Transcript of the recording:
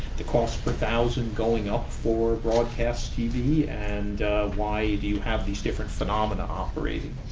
the cost per thousand going up for broadcast tv and why do you have these different phenomena operating?